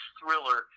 thriller